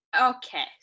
Okay